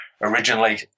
originally